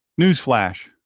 Newsflash